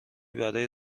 برای